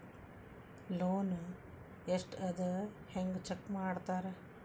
loan ಎಷ್ಟ್ ಅದ ಹೆಂಗ್ ಚೆಕ್ ಮಾಡ್ತಾರಾ